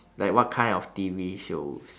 like what kind of T_V shows